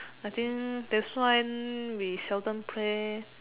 I think that's why we seldom play